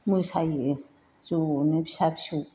मोसायो ज'नो फिसा फिसौ